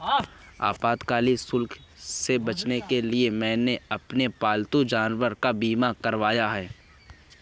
आपातकालीन शुल्क से बचने के लिए मैंने अपने पालतू जानवर का बीमा करवाया है